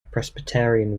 presbyterian